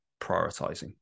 prioritizing